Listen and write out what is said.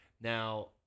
Now